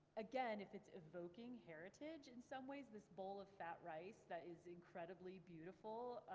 again if it's evoking heritage in some ways, this bowl of fat rice that is incredibly beautiful,